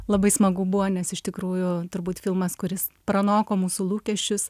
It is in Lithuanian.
labai smagu buvo nes iš tikrųjų turbūt filmas kuris pranoko mūsų lūkesčius